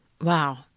Wow